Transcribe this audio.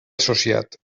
associat